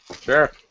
Sure